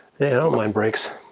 yeah don't mind breaks.